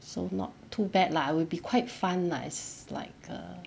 so not too bad lah will be quite fun lah it's like a